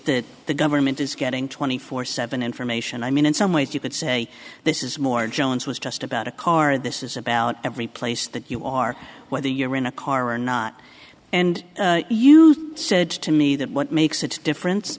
that the government is getting twenty four seven information i mean in some ways you could say this is more jones was just about a car this is about every place that you are whether you're in a car or not and you said to me that what makes a difference